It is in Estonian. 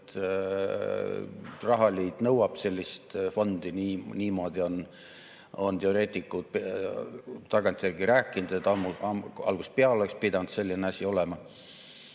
rahaliit nõuab sellist fondi. Niimoodi on teoreetikud tagantjärgi rääkinud, et algusest peale oleks pidanud selline asi olema.